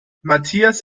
matthias